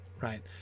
right